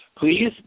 Please